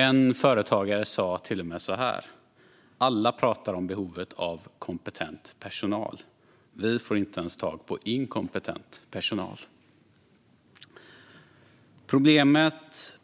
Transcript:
En företagare sa till och med så här: Alla pratar om behovet av kompetent personal. Vi får inte ens tag på inkompetent personal.